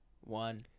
one